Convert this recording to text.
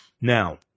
Now